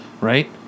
Right